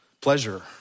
pleasure